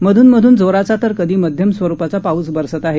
मधून मधून जोराचा तर कधी मध्यम स्वरुपाचा पाऊस बरसत आहे